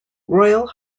royal